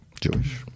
Jewish